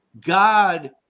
God